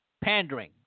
pandering